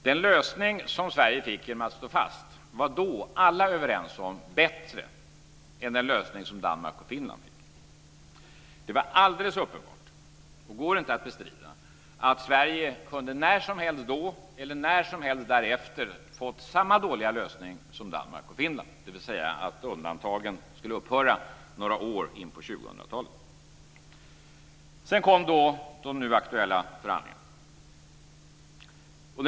Den lösning som Sverige fick genom att stå fast var alla överens om var bättre än den lösning som Det var alldeles uppenbart, och går inte att bestrida, att Sverige kunde när som helst då eller när som helst därefter fått samma dåliga lösning som Danmark och Finland, dvs. att undantagen skulle upphöra några år in på 2000-talet. Sedan kom då de nu aktuella förhandlingarna.